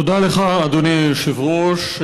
תודה לך, אדוני היושב-ראש.